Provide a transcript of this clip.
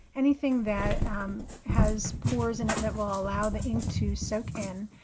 anything that has pores in it that will allow the ink to soak in.